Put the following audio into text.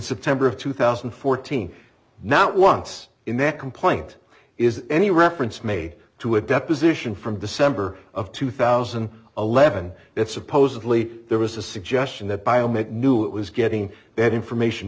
september of two thousand and fourteen not once in that complaint is any reference made to a deposition from december of two thousand eleven that supposedly there was a suggestion that biomed knew it was getting bad information